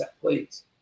please